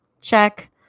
check